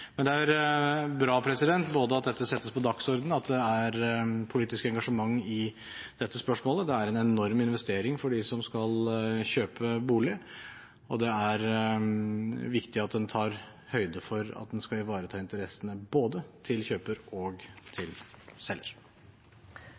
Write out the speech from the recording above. Men det er bra at dette settes på dagsordenen, og at det er politisk engasjement i dette spørsmålet. Det er en enorm investering for dem som skal kjøpe bolig, og det er viktig at en tar høyde for at en skal ivareta interessene til både kjøper og selger.